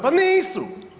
Pa nisu.